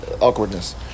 awkwardness